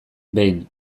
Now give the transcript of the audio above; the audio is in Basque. behin